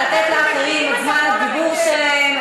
לתת לאחרים את זמן הדיבור שלהם.